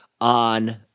on